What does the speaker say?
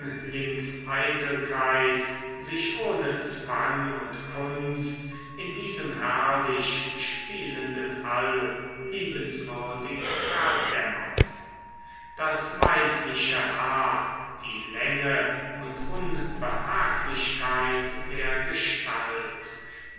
jünglingseitelkeit sich ohne zwang und kunst in diesem herrlich spielenden all liebenswürdig verdämmert das weißliche haar die länge und unbehaglichkeit der gestalt